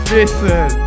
Listen